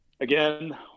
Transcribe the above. again